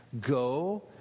go